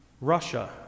Russia